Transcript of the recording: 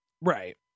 Right